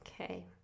okay